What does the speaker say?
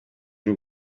y’u